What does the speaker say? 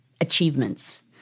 achievements